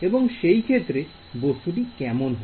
এবং সেই ক্ষেত্রে বস্তুটি কেমন হবে